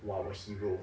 !wow! a hero